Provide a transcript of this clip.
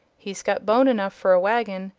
he's got bone enough for a waggon,